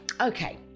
Okay